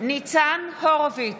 השכל, אינה נוכחת מיכל